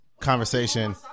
conversation